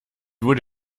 would